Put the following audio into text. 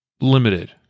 limited